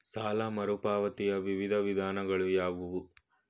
ಸಾಲ ಮರುಪಾವತಿಯ ವಿವಿಧ ವಿಧಾನಗಳು ಯಾವುವು?